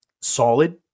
solid